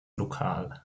lokal